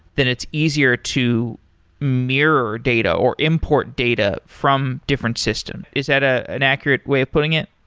then it's easier to mirror data, or import data from different system. is that ah an accurate way of putting it?